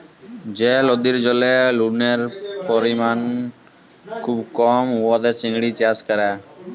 যে লদির জলে লুলের পরিমাল খুব কম উয়াতে চিংড়ি চাষ ক্যরা